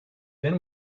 then